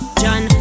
john